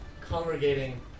congregating